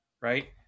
right